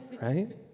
right